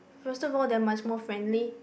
first of all they are much more friendly